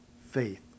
faith